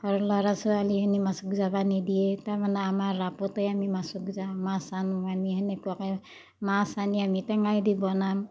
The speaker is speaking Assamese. সৰু ল'ৰা ছোৱালীখিনি মাছক যাবা নিদিয়ে তাৰমানে আমাৰ ৰাপতেই আমি মাছক যাওঁ মাছ আনোঁ আনি তেনেকুৱাকে মাছ আনি আমি টেঙায়েদি বনাম